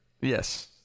Yes